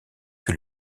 que